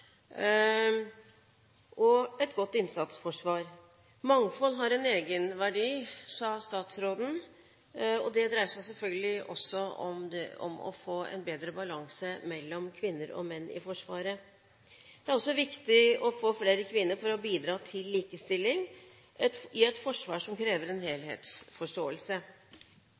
og et godt innsatsforsvar. Mangfold har en egenverdi, sa statsråden. Det dreier seg selvfølgelig også om å få en bedre balanse mellom kvinner og menn i Forsvaret. Det er også viktig å få flere kvinner for å bidra til likestilling i et forsvar som krever en helhetsforståelse.